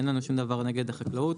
אין לנו שום דבר נגד החקלאות,